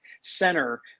center